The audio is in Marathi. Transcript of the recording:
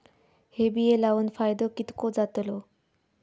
हे बिये लाऊन फायदो कितको जातलो?